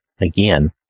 again